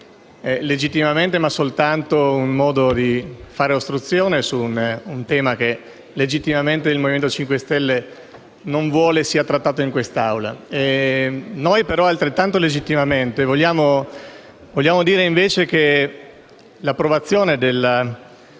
e che sono soltanto un modo di fare ostruzione su un tema che, legittimamente, il Movimento 5 Stelle non vuole sia trattato in Assemblea. Noi però, altrettanto legittimamente, vogliamo dire invece che l'approvazione della